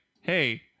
hey